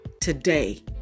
today